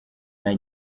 nta